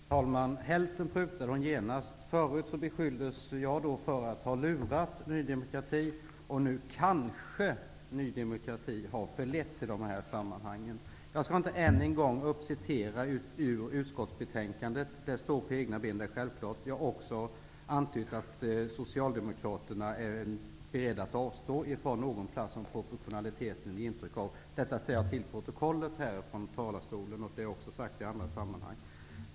Herr talman! Hälften prutar Birgit Friggebo genast. Förut beskylldes jag för att ha lurat Ny demokrati, nu har Ny demokrati kanske förletts i detta sammanhang. Jag skall inte än en gång citera ur utskottets betänkande, för allt står att läsa där. Jag har också antytt att Socialdemokraterna är beredda att avstå från någon plats för att få proportionalitet. Detta säger jag till protokollet från talarstolen, och det har jag sagt också i andra sammanhang.